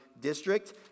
district